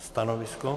Stanovisko?